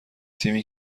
تیمی